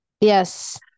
yes